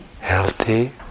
healthy